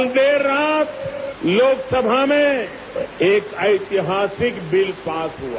कल देर रात लोकसभा में एक ऐतिहासिक बिल पास हआ